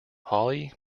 holly